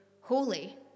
holy